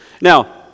Now